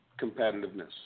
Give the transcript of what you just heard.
competitiveness